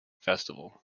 festival